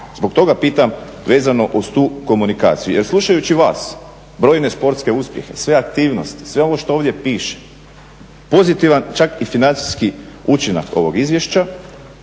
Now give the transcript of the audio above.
Zbog toga pitam vezano uz tu komunikaciju. Jer slušajući vas brojne sportske uspjehe, sve aktivnosti, sve ono što ovdje piše, pozitivan čak i financijski učinak ovog izvješća